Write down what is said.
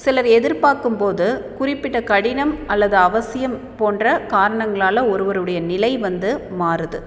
சிலர் எதிர்ப்பார்க்கும்போது குறிப்பிட்ட கடினம் அல்லது அவசியம் போன்ற காரணங்களால் ஒருவருடைய நிலை வந்து மாறுது